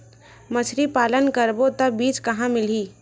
मछरी पालन करबो त बीज कहां मिलही?